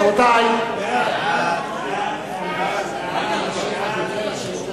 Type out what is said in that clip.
הודעת ראש הממשלה על פעילות הממשלה